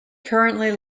currently